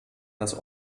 das